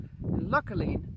Luckily